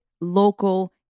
local